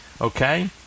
Okay